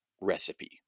recipe